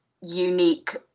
unique